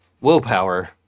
Willpower